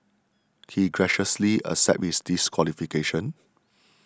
he graciously accepted his disqualification